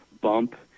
bump